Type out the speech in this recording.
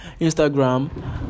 Instagram